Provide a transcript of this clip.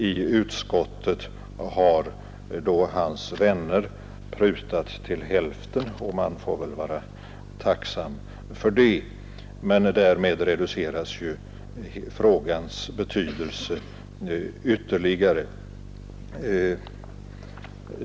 I utskottet har hans vänner prutat till hälften, och man får vara tacksam för det, men därmed reduceras frågans betydelse ytterligare.